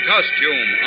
Costume